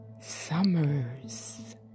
Summers